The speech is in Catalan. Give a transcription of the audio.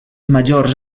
majors